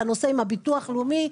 הנושא עם הביטוח לאומי,